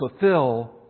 fulfill